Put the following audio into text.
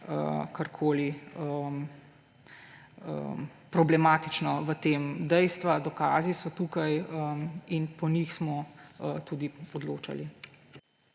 karkoli problematično v tem. Dejstva, dokazi so tukaj in po njih smo tudi odločali.